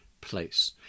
place